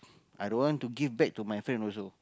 i don't want to give back to my friend also